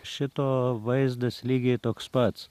šito vaizdas lygiai toks pats